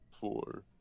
four